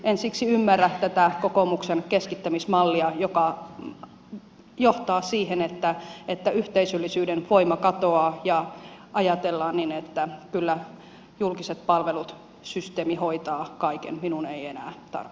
en siksi ymmärrä tätä kokoomuksen keskittämismallia joka johtaa siihen että yhteisöllisyyden voima katoaa ja ajatellaan niin että kyllä julkiset palvelut systeemi hoitaa kaiken minun ei enää tarvitse